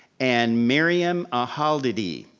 and miriam ahaldidi.